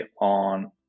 on